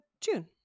June